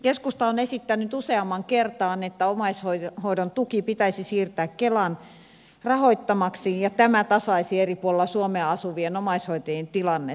keskusta on esittänyt useampaan kertaan että omaishoidon tuki pitäisi siirtää kelan rahoittamaksi ja tämä tasaisi eri puolilla suomea asuvien omaishoitajien tilannetta